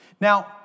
Now